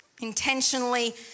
Intentionally